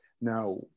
Now